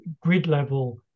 grid-level